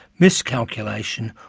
miscalculation,